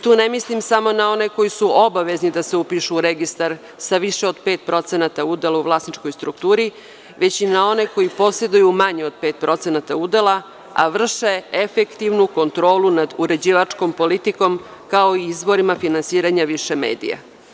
Tu ne mislim samo na one koji su obavezni da se upišu u registar sa više od 5% udela u vlasničkoj strukturi, već i na one koji poseduju manje od 5% udela, a vrše efektivnu kontrolu nad uređivačkom politikom, kao i izvorima finansiranja više medija.